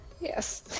Yes